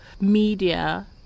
media